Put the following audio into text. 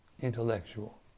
intellectual